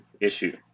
issue